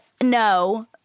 no